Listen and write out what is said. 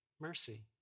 mercy